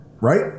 right